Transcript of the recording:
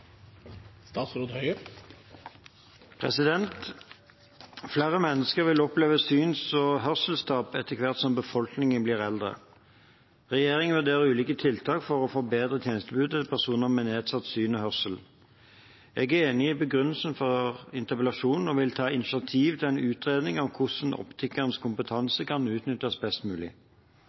Flere mennesker vil oppleve syns- og hørselstap etter hvert som befolkningen blir eldre. Regjeringen vurderer ulike tiltak for å forbedre tjenestetilbudet til personer med nedsatt syn og hørsel. Jeg er enig i begrunnelsen for interpellasjonen og vil ta initiativ til en utredning av hvordan optikernes kompetanse kan utnyttes best mulig.